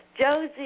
Josie